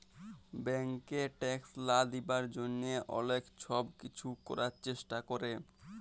ব্যাংকে ট্যাক্স লা দিবার জ্যনহে অলেক ছব কিছু ক্যরার চেষ্টা ক্যরে